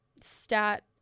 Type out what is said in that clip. stat